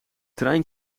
trein